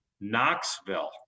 Knoxville